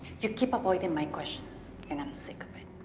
you keep avoiding my questions, and i'm sick of it.